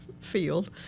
field